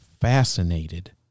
fascinated